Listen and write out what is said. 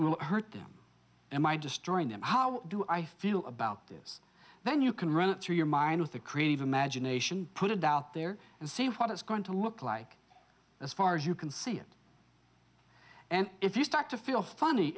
it hurt them and by destroying them how do i feel about this then you can run it through your mind with a creative imagination put it out there and see what it's going to look like as far as you can see it and if you start to feel funny